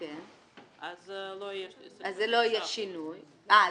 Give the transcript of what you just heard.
לא יהיה בכלל.